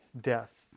death